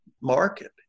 market